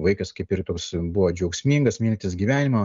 vaikas kaip ir toks buvo džiaugsmingas mintys gyvenimo